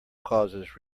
causes